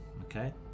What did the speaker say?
Okay